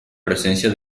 presencia